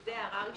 לא הבנתי.